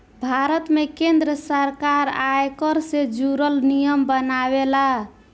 भारत में केंद्र सरकार आयकर से जुरल नियम बनावेला